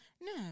No